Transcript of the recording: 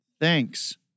Thanks